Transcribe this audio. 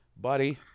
Buddy